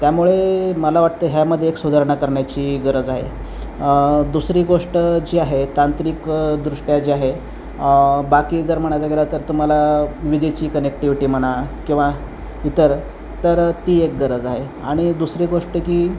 त्यामुळे मला वाटतं ह्यामध्ये एक सुधारणा करण्याची गरज आहे दुसरी गोष्ट जी आहे तांत्रिक दृष्ट्या जे आहे बाकी जर म्हणायचं गेलं तर तुम्हाला विजेची कनेक्टिव्हटी म्हणा किंवा इतर तर ती एक गरज आहे आणि दुसरी गोष्ट की